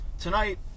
tonight